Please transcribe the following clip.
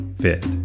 fit